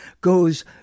goes